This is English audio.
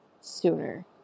sooner